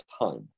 time